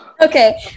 okay